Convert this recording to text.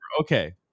Okay